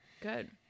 good